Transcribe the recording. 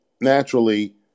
naturally